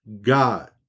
God